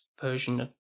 version